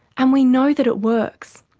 and we know that it works.